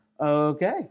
okay